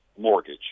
mortgage